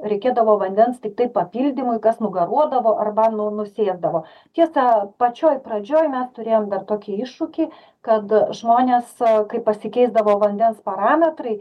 reikėdavo vandens tiktai papildymui kas nugaruodavo arba nu nusėsdavo tiesa pačioj pradžioj mes turėjome dar tokį iššūkį kad žmonės a kai pasikeisdavo vandens parametrai